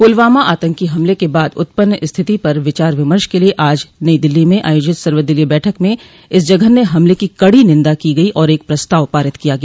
पुलवामा आतंकी हमल के बाद उत्पन्न स्थिति पर विचार विमर्श के लिए आज नई दिल्ली में आयोजित सर्वदलीय बैठक में इस जघन्य हमले की कड़ी निन्दा की गई और एक प्रस्ताव पारित किया गया